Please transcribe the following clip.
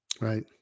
Right